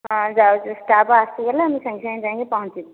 ହଁ ଯାଉଛି ଷ୍ଟାଫ୍ ଆସିଗଲେ ମୁଁ ସାଙ୍ଗେସାଙ୍ଗେ ଯାଇକି ପହଞ୍ଚିବି